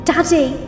Daddy